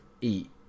eat